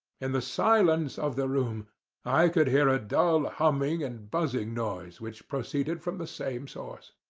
and the silence of the room i could hear a dull humming and buzzing noise which proceeded from the same source.